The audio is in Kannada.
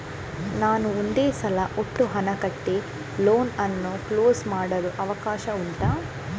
ನಾನು ಒಂದೇ ಸಲ ಒಟ್ಟು ಹಣ ಕಟ್ಟಿ ಲೋನ್ ಅನ್ನು ಕ್ಲೋಸ್ ಮಾಡಲು ಅವಕಾಶ ಉಂಟಾ